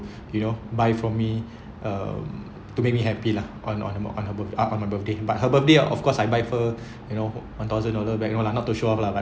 you know buy for me um to make me happy lah on on her on her uh on my birthday but her birthday ah of course I buy her you know one thousand dollar bag no lah not to show off lah but